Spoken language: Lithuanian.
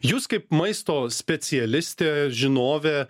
jūs kaip maisto specialistė žinovė